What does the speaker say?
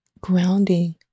grounding